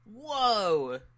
Whoa